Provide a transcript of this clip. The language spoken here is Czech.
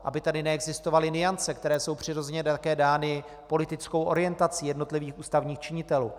Aby tady neexistovaly nuance, které jsou přirozeně také dány politickou orientací jednotlivých ústavních činitelů.